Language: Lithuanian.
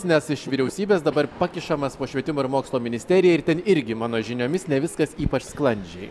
nes iš vyriausybės dabar pakišamas po švietimo ir mokslo ministerija ir ten irgi mano žiniomis ne viskas ypač sklandžiai